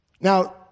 Now